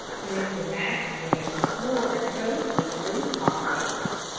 mr. maxwell wore a coat with loose pockets,